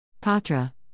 Patra